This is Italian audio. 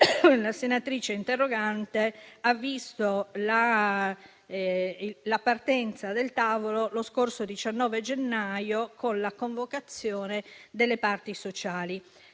la senatrice interrogante - ha visto la partenza del tavolo lo scorso 19 gennaio, con la convocazione delle parti sociali.